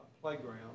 playground